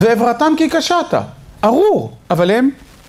ועברתם כי קשתה, ארור, אבל הם...